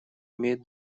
имеет